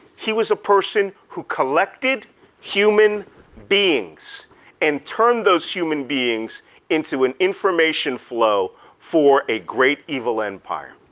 he was a person who collected human beings and turned those human beings into an information flow for a great evil empire.